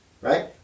right